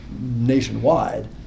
nationwide